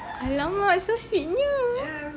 !alamak! so sweet nya